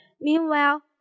Meanwhile